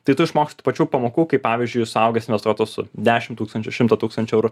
tai tu išmoksti pačių pamokų kaip pavyzdžiui suaugęs investuotojas su dešimt tūkstančių šimtą tūkstančių eurų